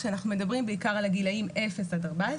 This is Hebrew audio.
כשאנחנו מדברים בעיקר על הגילאים 0-14,